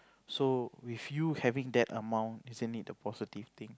so with you having that amount isn't it a positive thing